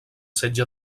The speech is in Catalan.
setge